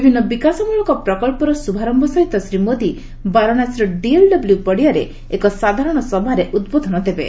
ବିଭିନ୍ନ ବିକାଶମୂଳକ ପ୍ରକଳ୍ପର ଶୃଭାରମ୍ଭ ସହିତ ଶ୍ରୀ ମୋଦି ବାରାଣାସୀର ଡିଏଲ୍ଡବ୍ଲ୍ୟ ପଡ଼ିଆରେ ଏକ ସାଧାରଣ ସଭାରେ ଉଦ୍ବୋଧନ ଦେବେ